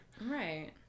Right